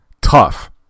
Tough